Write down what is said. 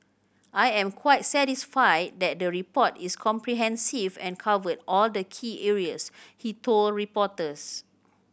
I am quite satisfied that the report is comprehensive and covered all the key areas he told reporters